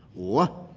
or,